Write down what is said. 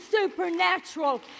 supernatural